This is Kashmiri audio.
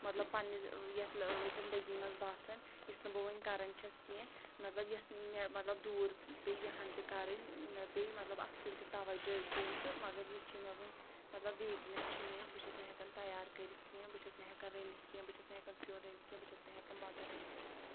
مطلب پَننہِ زِ یَتھ ٲں زِندگی منٛز باسان یُس نہٕ بہٕ وُنہِ کران چھیٚس کیٚنٛہہ مطلب یۄس مےٚ مطلب دوٗر پیٚیہِ یہِ ہان تہِ کَرٕنۍ مےٚ پیٚیہِ مطلب اتھ کُن تہِ توجہ دیٛن تہٕ مَگر یہِ چھُ مےٚ وُنہِ مطلب ویٖکنیٚس چھِ مےٚ یہِ بہٕ چھیٚس نہٕ ہیٚکان تَیار کٔرِتھ کیٚنٛہہ بہٕ چھیٚس نہٕ ہیٚکان رٔنِتھ کیٚنٛہہ بہٕ چھیٚس نہ ہیٚکان سیٛن رٔنِتھ کیٚنٛہہ بہٕ چھیٚس نہٕ ہیٚکان بَتہٕ رٔنِتھ کیٚنٛہہ